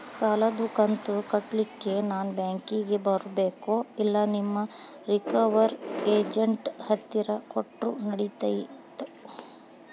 ಸಾಲದು ಕಂತ ಕಟ್ಟಲಿಕ್ಕೆ ನಾನ ಬ್ಯಾಂಕಿಗೆ ಬರಬೇಕೋ, ಇಲ್ಲ ನಿಮ್ಮ ರಿಕವರಿ ಏಜೆಂಟ್ ಹತ್ತಿರ ಕೊಟ್ಟರು ನಡಿತೆತೋ?